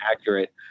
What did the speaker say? accurate